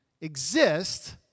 exist